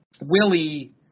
Willie